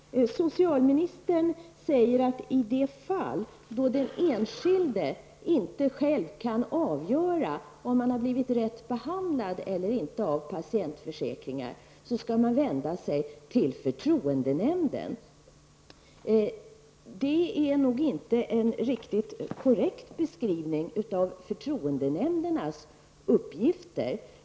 Socialministern säger att i de fall då den enskilde inte själv kan avgöra om han har blivit rätt behandlad eller inte av patientförsäkringar, skall han vända sig till förtroendenämnden. Det är nog inte en riktigt korrekt beskrivning av förtroendenämndernas uppgifter.